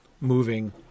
moving